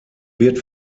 wird